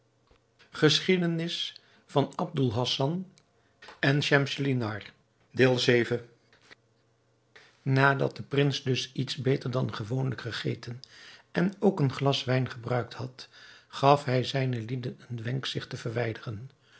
aboul hassan eindelijk toegaf nadat de prins dus iets beter dan gewoonlijk gegeten en ook een glas wijn gebruikt had gaf hij zijnen lieden een wenk zich te verwijderen